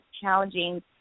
challenging